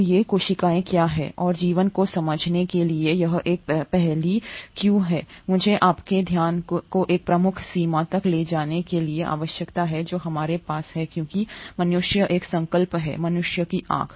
तो ये कोशिकाएं क्या हैं और जीवन को समझने के लिए यह एक पहेली क्यों है मुझे आपके ध्यान को एक प्रमुख सीमा तक ले जाने की आवश्यकता है जो हमारे पास है क्योंकि मनुष्य एक संकल्प है मनुष्य की आंख